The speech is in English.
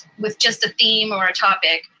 with just a theme or a topic,